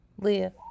Leah